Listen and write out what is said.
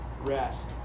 rest